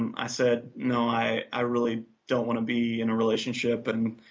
and i said, no, i i really don't want to be in a relationship, and